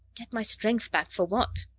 get my strength back for what?